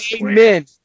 Amen